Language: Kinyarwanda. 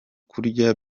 kurya